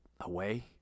away